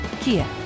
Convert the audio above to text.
Kia